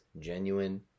genuine